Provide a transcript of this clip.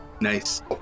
Nice